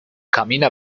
camina